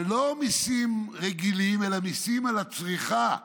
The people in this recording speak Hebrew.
ולא מיסים רגילים אלא מיסים על הצריכה,